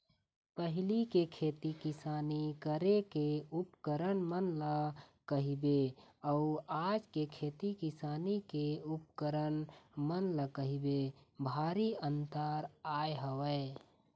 पहिली के खेती किसानी करे के उपकरन मन ल कहिबे अउ आज के खेती किसानी के उपकरन मन ल कहिबे भारी अंतर आय हवय